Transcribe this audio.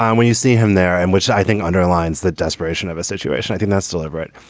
um when you see him there, and which i think underlines the desperation of a situation, i think that's deliberate.